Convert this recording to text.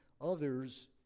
others